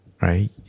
Right